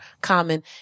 common